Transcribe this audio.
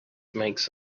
makes